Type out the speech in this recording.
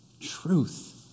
truth